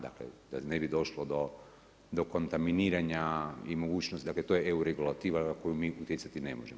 Dakle, da ne bi došlo do kontaminiranja i mogućnosti, dakle to je e- regulativa na koju mi utjecati ne možemo.